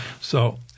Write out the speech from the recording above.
So-